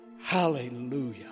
Hallelujah